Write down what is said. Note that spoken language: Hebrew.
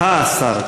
אני התכוונתי לה-שר.